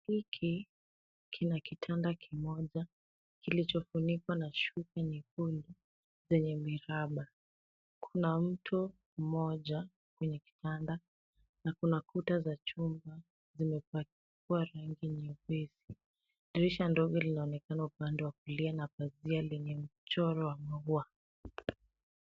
Hiki kina kitanda kimoja kilichofunikwa na shuka nyekundu zenye miraba. Kuna mto mmoja kwenye kitanda na kuna kuta za chumba zimepakwa rangi nyepesi. Dirisha ndogo linaonekana upande wa kulia na pazia lenye mchoro wa maua.